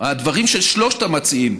הדברים של שלושת המציעים,